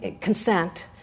consent